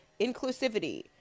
inclusivity